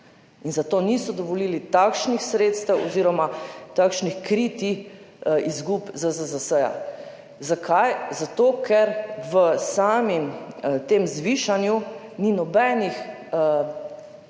in zato niso dovolili takšnih sredstev oziroma takšnih kritij izgub ZZZS. Zakaj? Zato, ker v samem zvišanju ni nobenih